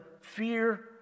fear